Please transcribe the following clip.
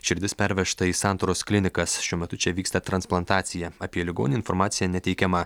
širdis pervežta į santaros klinikas šiuo metu čia vyksta transplantacija apie ligonį informacija neteikiama